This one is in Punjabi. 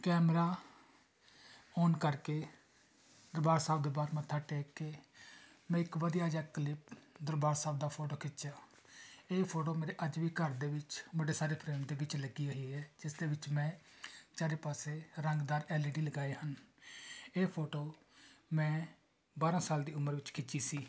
ਕੈਮਰਾ ਔਨ ਕਰਕੇ ਦਰਬਾਰ ਸਾਹਿਬ ਦੇ ਬਾਹਰ ਮੱਥਾ ਟੇਕ ਕੇ ਮੈਂ ਇੱਕ ਵਧੀਆ ਜਿਹਾ ਕਲਿੱਪ ਦਰਬਾਰ ਸਾਹਿਬ ਦਾ ਫੋਟੋ ਖਿੱਚਿਆ ਇਹ ਫੋਟੋ ਮੇਰੇ ਅੱਜ ਵੀ ਘਰ ਦੇ ਵਿੱਚ ਬੜੇ ਸਾਰੇ ਫਰੇਮ ਦੇ ਵਿੱਚ ਲੱਗੀ ਹੋਈ ਹੈ ਜਿਸ ਦੇ ਵਿੱਚ ਮੈਂ ਚਾਰੇ ਪਾਸੇ ਰੰਗਦਾਰ ਐੱਲ ਈ ਡੀ ਲਗਾਏ ਹਨ ਇਹ ਫੋਟੋ ਮੈਂ ਬਾਰਾਂ ਸਾਲ ਦੀ ਉਮਰ ਵਿੱਚ ਖਿੱਚੀ ਸੀ